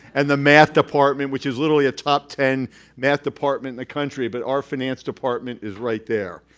and the math department, which is literally a top ten math department in the country. but our finance department is right there.